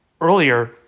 earlier